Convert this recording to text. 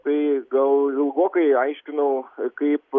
tai gal ilgokai aiškinau kaip